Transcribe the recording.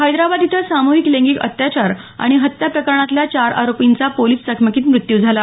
हैदराबाद इथं सामुहिक लैंगिक अत्याचार आणि हत्या प्रकरणातल्या चार आरोपींचा पोलिस चकमकीत मृत्यू झाला